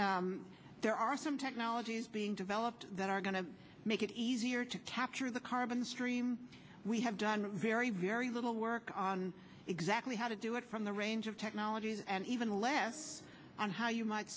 there are some technologies being developed that are going to make it easier to capture the carbon stream we have done very very little work on exactly how to do it from the range of technologies and even less on how you might